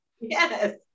Yes